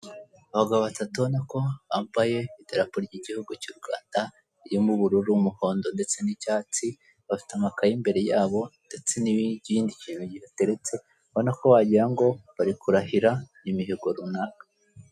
Ni byiza gukodesha inzu irimo byose nkuko mubibona hano harimo intebe, amatara meza, ibiryo ndetse n'ibiteguye ubona ko ari n'indabo zibereye ahantu imitako ku gikuta rero nawe niba ufite iyo gahunda nakugira inama yo kuba wabitumiza cyangwa ukabikorera i wawe.